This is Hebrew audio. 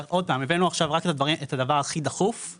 הבאנו עכשיו רק את הדבר הכי דחוף.